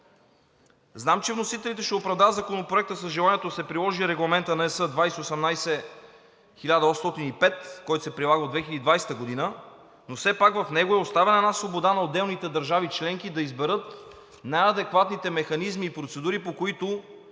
Знам, че вносителите ще оправдаят Законопроекта с желанието да се приложи Регламент (ЕС) 2018/1805, който се прилага от 2020 г., но все пак в него е оставена една свобода в отделните държави членки да изберат най-адекватните механизми и процедури, по които